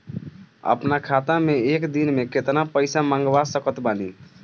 अपना खाता मे एक दिन मे केतना पईसा मँगवा सकत बानी?